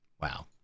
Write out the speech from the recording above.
wow